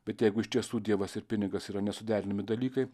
bet jeigu iš tiesų dievas ir pinigas yra nesuderinami dalykai